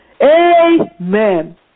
Amen